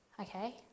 okay